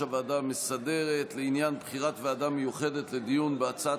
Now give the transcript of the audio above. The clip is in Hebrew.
הוועדה המסדרת לעניין בחירת ועדה מיוחדת לדיון בהצעת